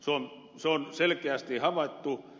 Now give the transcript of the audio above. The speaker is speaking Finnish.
se on selkeästi havaittu